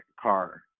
car